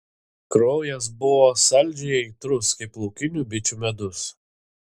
kraujas buvo saldžiai aitrus kaip laukinių bičių medus